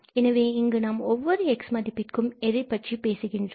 எனவே இங்கு நாம் ஒவ்வொரு x மதிப்பிற்கும் எதைப்பற்றி பேசுகின்றோம்